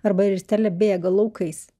arba ristele bėga laukais